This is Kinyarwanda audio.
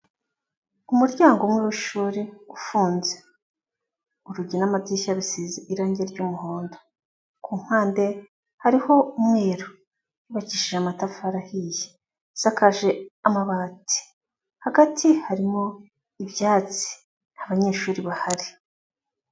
Umuryango umwe w'ishuri ufunze, urugi n'amadirishya bisize irange ry'umuhondo, ku mpande hariho umweru bakishije amatafari ahiye, isakaje amabati, hagati harimo ibyatsi, nta banyeshuri bahari.